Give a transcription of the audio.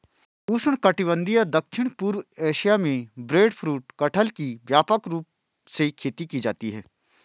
उष्णकटिबंधीय दक्षिण पूर्व एशिया में ब्रेडफ्रूट कटहल की व्यापक रूप से खेती की जाती है